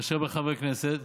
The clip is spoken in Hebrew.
מאשר בחברי כנסת.